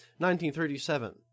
1937